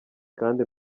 kandi